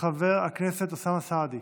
חבר הכנסת אוסאמה סעדי,